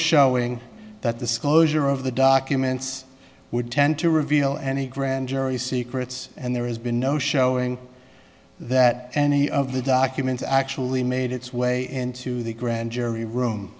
showing that the scholars or of the documents would tend to reveal any grand jury secrets and there has been no showing that any of the documents actually made its way into the grand jury room